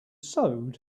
sewed